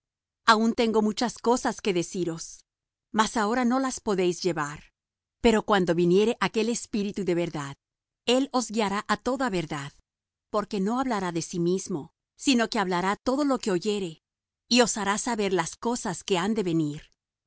aun tengo muchas cosas que deciros mas ahora no las podéis llevar pero cuando viniere aquel espíritu de verdad él os guiará á toda verdad porque no hablará de sí mismo sino que hablará todo lo que oyere y os hará saber las cosas que han de venir